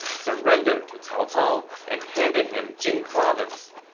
surrendered to cao cao and handed him jing province.